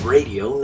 Radio